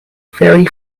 very